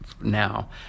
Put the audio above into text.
now